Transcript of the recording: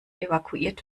evakuiert